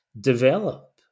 develop